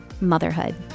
motherhood